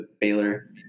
Baylor